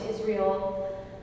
Israel